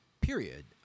period